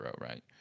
right